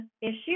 issues